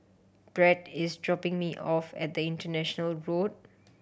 Bret is dropping me off at the International Road